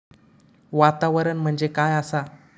वातावरण म्हणजे काय आसा?